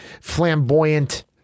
flamboyant